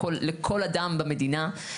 לכל אדם במדינה.